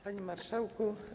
Panie Marszałku!